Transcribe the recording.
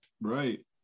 right